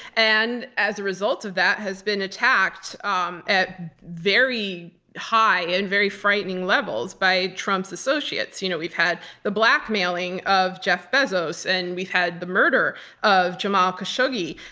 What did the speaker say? and as a result of that has been attacked um at very high and very frightening levels by trump's associates. you know we've had the blackmailing of jeff bezos, and we've had the murder of jamal khashoggi.